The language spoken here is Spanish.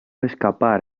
escapar